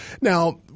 now